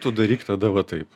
tu daryk tada va taip